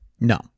No